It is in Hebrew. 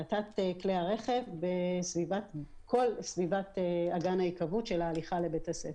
האטת כלי הרכב בכל סביבת אגן ההיקוות של ההליכה לבית הספר.